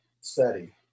steady